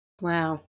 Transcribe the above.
Wow